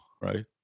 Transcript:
right